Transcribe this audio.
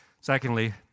Secondly